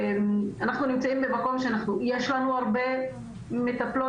אנחנו נמצאים במקום שיש לנו הרבה מטפלות.